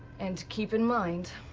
and, keep in mind,